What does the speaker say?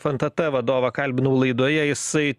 fntt vadovą kalbinau laidoje jisai